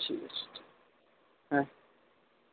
ঠিক আছে হ্যাঁ